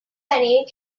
any